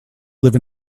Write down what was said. live